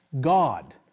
God